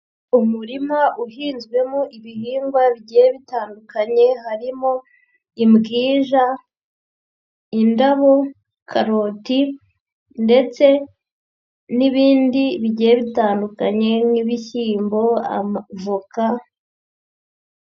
Umurima uhinzwemo ibihingwa bigiye bitandukanye, harimo imbwija, indabo, karoti ndetse n'ibindi bigiye bitandukanye nk'ibishyimbo, amavoka.